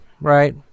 right